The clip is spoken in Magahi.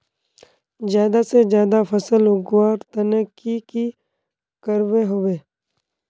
ज्यादा से ज्यादा फसल उगवार तने की की करबय होबे?